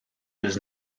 does